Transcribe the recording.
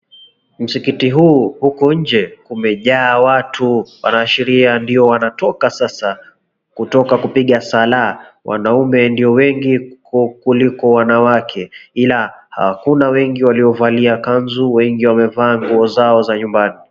Msikiti huu huku nje kumejaa watu wanaashiria ndio wanatoka sasa kutoka kupiga sala. Wanaume ndio wengi ku kuliko wanawake. Ila hakuna wengi waliovalia kanzu wengi wamevalia nguo zao za nyumbani.